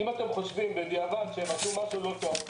אם אתם חושבים בדיעבד שהם עשו משהו לא טוב,